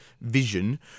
vision